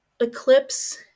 Eclipse